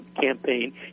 campaign